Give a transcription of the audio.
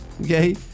Okay